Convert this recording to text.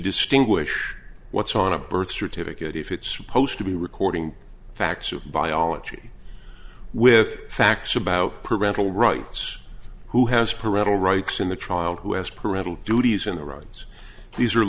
distinguish what's on a birth certificate if it's supposed to be recording facts or biology with facts about parental rights who has parental rights in the trial who has parental duties and the right these are